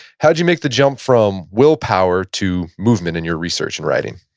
how'd you make the jump from willpower to movement in your research and writing?